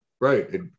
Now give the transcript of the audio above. Right